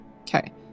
Okay